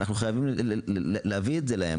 אנחנו חייבים להביא את זה אליהם,